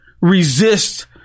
resist